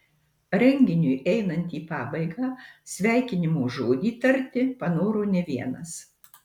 renginiui einant į pabaigą sveikinimo žodį tarti panoro ne vienas